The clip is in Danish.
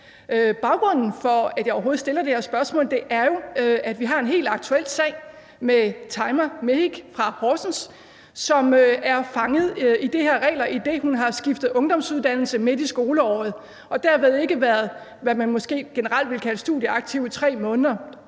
Baggrunden for, at jeg overhovedet stiller det her spørgsmål, er jo, at vi har en helt aktuel sag med Tajma Mehic fra Horsens, som er fanget i de her regler, idet hun har skiftet ungdomsuddannelse midt i et skoleår og derved ikke været, hvad man måske generelt ville kalde studieaktiv i 3 måneder,